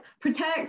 protect